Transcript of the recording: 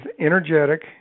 energetic